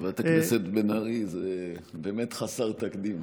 חברת הכנסת בן ארי, זה באמת חסר תקדים.